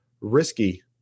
risky